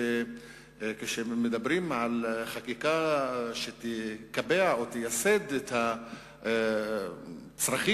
שכשמדברים על חקיקה שתקבע או תייסד את הצרכים